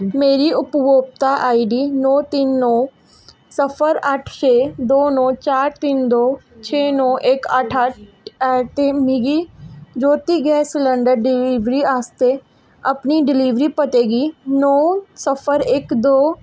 मेरी उपभोगता I D तिन्न नौ सिफर अट्ठ छे दो नौ चार तिन्न नौ छे नौ इक अट्ठ अट्ठ ते मिगी ज्योति गैस डलीवरी आस्तै अपने डलीवरी पते गी नौ सिफर इक दो